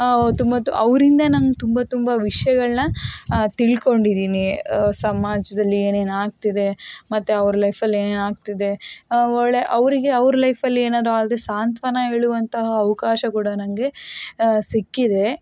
ಅದು ಮತ್ತು ಅವರಿಂದ ನಂಗೆ ತುಂಬ ತುಂಬ ವಿಷಯಗಳನ್ನ ತಿಳ್ಕೊಂಡಿದ್ದೀನಿ ಸಮಾಜದಲ್ಲಿ ಏನೇನು ಆಗ್ತಿದೆ ಮತ್ತೆ ಅವರ ಲೈಫಲ್ಲಿ ಏನೇನು ಆಗ್ತಿದೆ ಒಳ್ಳೆಯವರಿಗೆ ಅವರು ಲೈಫಲ್ಲಿ ಏನಾದರೂ ಆದರೆ ಸಾಂತ್ವನ ಹೇಳುವಂಥ ಅವಕಾಶ ಕೂಡ ನನಗೆ ಸಿಕ್ಕಿದೆ